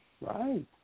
Right